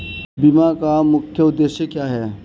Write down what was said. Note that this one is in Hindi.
बीमा का मुख्य उद्देश्य क्या है?